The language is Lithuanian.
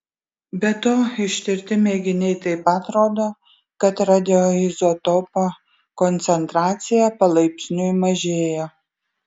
be to ištirti mėginiai taip pat rodo kad radioizotopo koncentracija palaipsniui mažėja